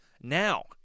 Now